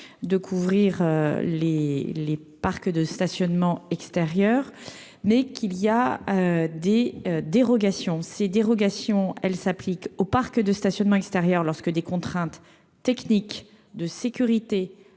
de couvrir les les parcs de stationnement extérieur mais qu'il y a des dérogations ces dérogations, elle s'applique aux parcs de stationnement extérieur lorsque des contraintes techniques de sécurité